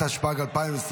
התשפ"ג 2023,